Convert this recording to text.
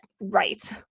right